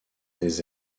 des